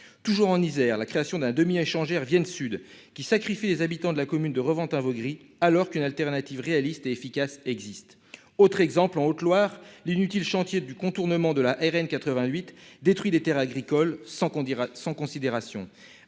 Toujours en Isère, la création d'un demi-échangeur Vienne Sud sacrifie les habitants de la commune de Reventin-Vaugris alors qu'une alternative réaliste et efficace existe. Autre exemple, en Haute-Loire, l'inutile chantier du contournement de la RN88 détruit les terres agricoles sans la moindre considération.